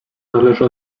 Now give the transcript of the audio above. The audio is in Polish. zależy